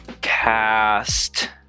cast